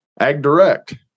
AgDirect